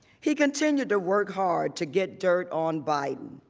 he continue to work hard to get dirt on bidens.